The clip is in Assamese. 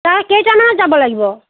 প্ৰায় কেইটামানত যাব লাগিব